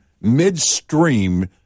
midstream